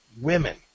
women